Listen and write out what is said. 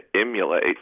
emulate